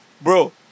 Bro